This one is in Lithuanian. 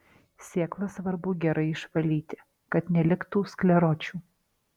sėklas svarbu gerai išvalyti kad neliktų skleročių